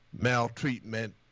maltreatment